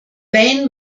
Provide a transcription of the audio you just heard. wayne